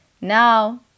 Now